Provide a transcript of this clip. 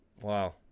Wow